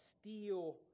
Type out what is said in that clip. steel